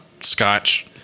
scotch